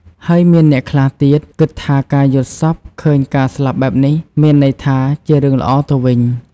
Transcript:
ហើយមានអ្នកខ្លះទៀតគិតថា ការយល់សប្តិឃើញការស្លាប់បែបនេះ មានន័យថាជារឿងល្អទៅវិញ។